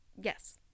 Yes